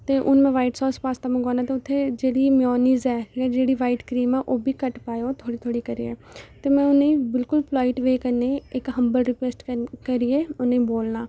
ते हून मैं व्हाइट सास पास्ता मंगवाना ते उत्थै जेह्ड़ी मेयोनिज ऐ जियां जेह्ड़ी व्हाइट क्रीम ऐ ओह् बी घट्ट पाएओ थोह्ड़ी थोह्ड़ी करियै ते मैं उ'नेंगी बिलकुल पोलाइट वे कन्नै इक हंबल रिक्वेस्ट करनी करियै उनेंगी बोलना